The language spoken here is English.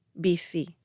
BC